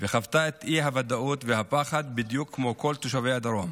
וחוותה את אי-הוודאות והפחד בדיוק כמו כל תושבי הדרום,